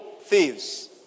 Thieves